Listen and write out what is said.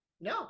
No